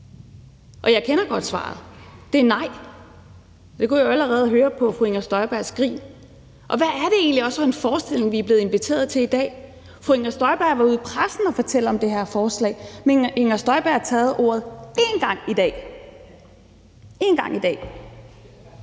Jeg kender godt svaret, og det er nej. Det kunne jeg allerede høre på fru Inger Støjbergs grin. Og være er det egentlig også for en forestilling, vi er blevet inviteret til i dag? Fru Inger Støjberg var ude i pressen og fortælle om det her forslag, men fru Inger Støjberg har taget ordet én gang i dag, én gang i dag.